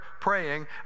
praying